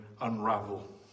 unravel